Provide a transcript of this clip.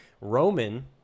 Roman